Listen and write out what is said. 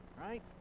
right